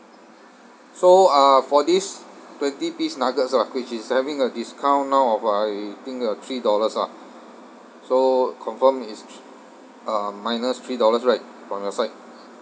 so uh for this twenty piece nuggets lah which is having a discount now of I think uh three dollars lah so confirm is thr~ um minus three dollars right from your side